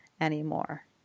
anymore